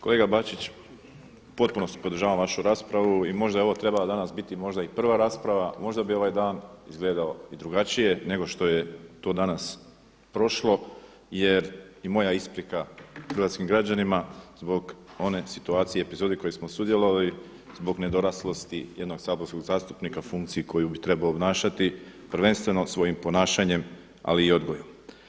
Kolega Bačić, u potpunosti podržavam vašu raspravu i možda je ovo danas trebala biti možda i prva rasprava, možda bi ovaj dan izgledao i drugačije nego što je to danas prošlo jer i moja isprika hrvatskim građanima zbog one situacije, epizode kojoj smo sudjelovali zbog nedoraslosti jednog saborskog zastupnika funkciji koju bi trebao obnašati prvenstveno svojim ponašanjem ali i odgojem.